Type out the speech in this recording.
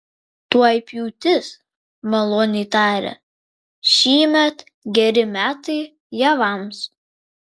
tuoj pjūtis maloniai tarė šįmet geri metai javams